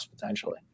potentially